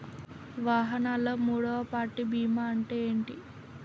వాహనాల్లో మూడవ పార్టీ బీమా అంటే ఏంటి?